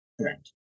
Correct